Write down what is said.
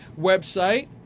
website